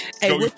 hey